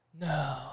No